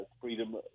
freedom